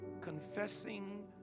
confessing